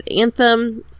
Anthem